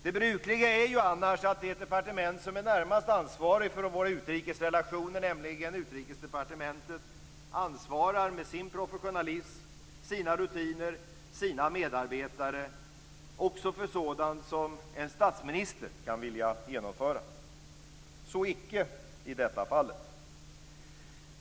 Det brukliga är ju annars att det departement som är närmast ansvarigt för våra utrikes relationer, nämligen Utrikesdepartementet, ansvarar med sin professionalism, sina rutiner och sina medarbetare också för sådant som en statsminister kan vilja genomföra. Så icke i detta fall.